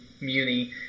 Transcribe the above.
muni